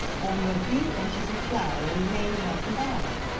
only a few inches of flour remaining at the bottom.